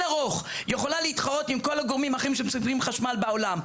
ערוך יכולה להתחרות עם כל הגורמים האחרים שמספקים חשמל בעולם.